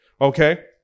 Okay